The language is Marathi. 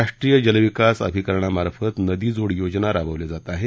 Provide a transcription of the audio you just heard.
राष्ट्रीय जल विकास अभिकरणामार्फत नदी जोड योजना राबवली जात आहे